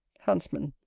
huntsman.